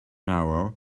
hour